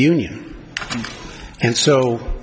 union and so